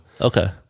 Okay